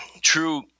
True